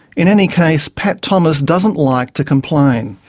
in any case, pat thomas doesn't like to complain.